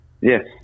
Yes